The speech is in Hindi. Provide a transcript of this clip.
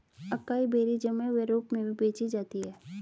अकाई बेरीज जमे हुए रूप में भी बेची जाती हैं